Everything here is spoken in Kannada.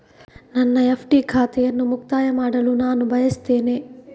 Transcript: ನನ್ನ ಎಫ್.ಡಿ ಖಾತೆಯನ್ನು ಮುಕ್ತಾಯ ಮಾಡಲು ನಾನು ಬಯಸ್ತೆನೆ